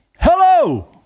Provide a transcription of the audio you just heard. Hello